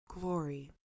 glory